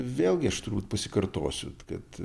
vėlgi aš turbūt pasikartosiu kad